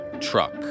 truck